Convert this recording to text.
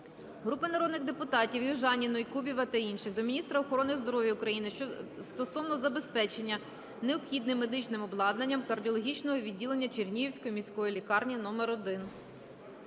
Групи народних депутатів (Южаніної, Кубіва та інших) до міністра охорони здоров'я України стосовно забезпечення необхідним медичним обладнанням кардіологічного відділення Чернігівської міської лікарні №1.